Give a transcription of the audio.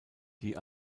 die